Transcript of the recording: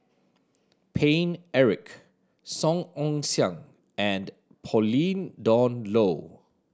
Paine Eric Song Ong Siang and Pauline Dawn Loh